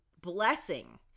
blessing